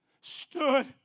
stood